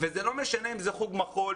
וזה לא משנה אם זה חוג מחול,